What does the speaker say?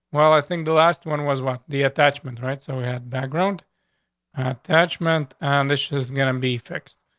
well, i think the last one was what? the attachment. right. so we had background attachment and this is gonna be fixed.